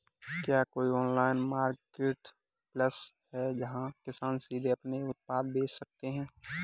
क्या कोई online marketplace है जहाँ किसान सीधे अपने उत्पाद बेच सकते हैं?